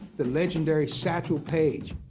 the legendary satchel paige.